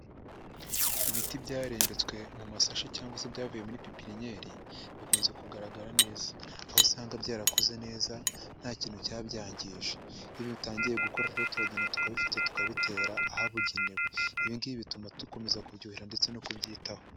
Ibiti byarembetswe mu mashashi cyangwa se byavuye muri pipinyeri bikunze kugaragara neza, aho usanga byarakuze neza nta kintu cyabyangije, iyo bitangiye gukura rero turagenda tukabifata tukabitera ahabugenewe, ibi ngibi bituma dukomeza kubyuhira ndetse no kubyitaho.